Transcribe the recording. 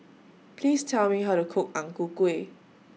Please Tell Me How to Cook Ang Ku Kueh